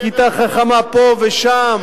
כיתה חכמה פה ושם,